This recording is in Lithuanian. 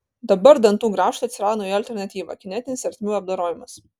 dabar dantų grąžtui atsirado nauja alternatyva kinetinis ertmių apdorojimas